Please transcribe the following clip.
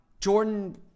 Jordan